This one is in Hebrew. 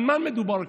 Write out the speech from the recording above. על מה מדובר פה?